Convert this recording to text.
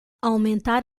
aumentar